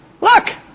Look